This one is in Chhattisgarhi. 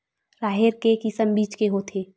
राहेर के किसम के बीज होथे?